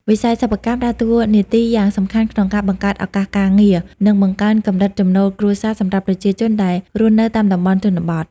វិស័យសិប្បកម្មដើរតួនាទីយ៉ាងសំខាន់ក្នុងការបង្កើតឱកាសការងារ និងបង្កើនកម្រិតចំណូលគ្រួសារសម្រាប់ប្រជាជនដែលរស់នៅតាមតំបន់ជនបទ។